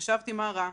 חשבתי, מה רע?